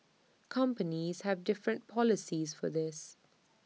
companies have different policies for this